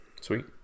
sweet